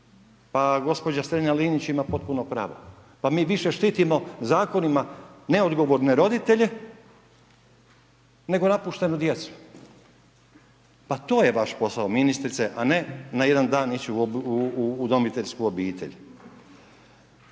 pa gospođa Strenja Linić ima potpuno pravo, pa mi više štitimo Zakonima neodgovorne roditelje, nego napuštenu djecu, pa to je vaš posao ministrice, a ne na jedan dan ići u udomiteljsku obitelj.